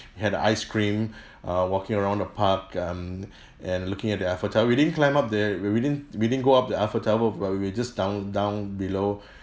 had a ice cream uh walking around the park um and looking at the eiffel tower we didn't climb up the we didn't we didn't go up the eiffel tower but we were just down down below